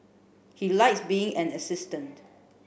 he likes being an assistant